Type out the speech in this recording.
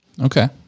Okay